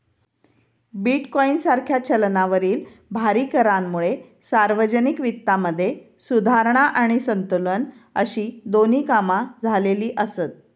bitcoin सारख्या चलनावरील भारी करांमुळे सार्वजनिक वित्तामध्ये सुधारणा आणि संतुलन अशी दोन्ही कामा झालेली आसत